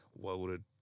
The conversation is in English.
welded